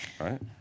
Right